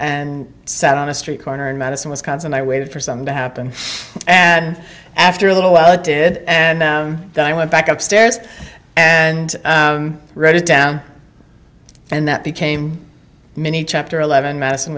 and sat on a street corner in madison wisconsin i waited for something to happen and after a little while it did and i went back upstairs and wrote it down and that became many chapter eleven madison